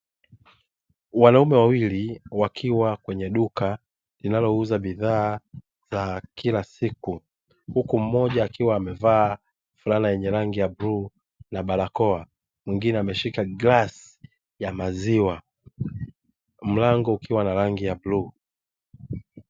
Wanaume wawili wakiwa kwenye duka linalouza bidhaa za kila siku huku mmoja akiwa amevaa fulana yenye rangi ya bluu na barakoa, mwingine ameshika glasi ya maziwa. Mlango ukiwa na rangi ya bluu.